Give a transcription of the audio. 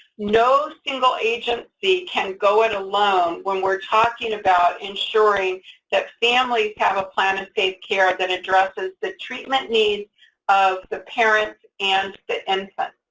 no single agency can go it alone when we're talking about ensuring that families have a plan of safe care that addresses the treatment needs of the parent and the infant.